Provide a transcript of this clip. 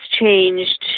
changed